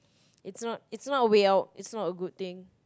it's not it's not a way out it's not a good thing